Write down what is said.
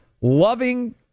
loving